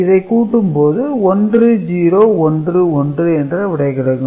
இதை கூட்டும் போது 1011 என்ற விடை கிடைக்கும்